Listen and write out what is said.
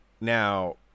Now